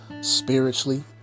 spiritually